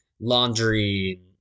laundry